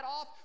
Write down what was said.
off